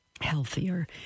healthier